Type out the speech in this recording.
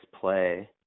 play